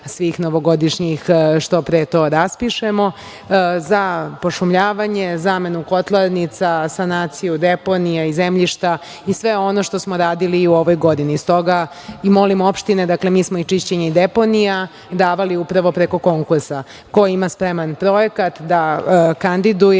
svih novogodišnjih što pre to raspišemo, za pošumljavanje, zamenu kotlarnica, sanaciju deponija i zemljišta i sve ono što smo radili u ovoj godini. Dakle, mi smo i čišćenje i deponija davali upravo preko konkursa. Ko ima spreman projekat da kandiduje,